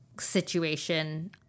situation